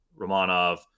Romanov